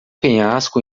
penhasco